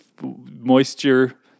moisture